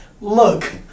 look